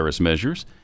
measures